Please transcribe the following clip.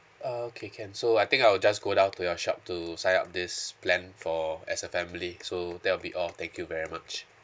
ah okay can so I think I'll just go down to your shop to sign up this plan for as a family so that will be all thank you very much